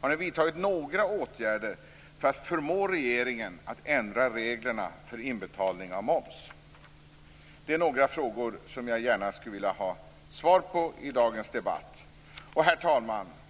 Har ni vidtagit några åtgärder för att förmå regeringen att ändra reglerna för inbetalning av moms? Det är några frågor som jag gärna vill ha svar på i dagens debatt. Herr talman!